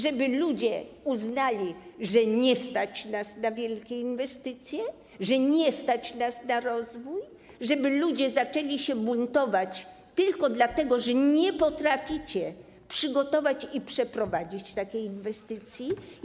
Żeby ludzie uznali, że nie stać nas na wielkie inwestycje, że nie stać nas na rozwój, żeby ludzie zaczęli się buntować tylko dlatego, że nie potraficie przygotować i przeprowadzić takiej inwestycji?